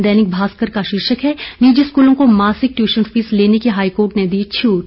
दैनिक भास्कर का शीर्षक है निजी स्कूलों को मासिक ट्यूशन फीस लेने की हाईकोर्ट ने दी छूट